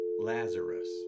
Lazarus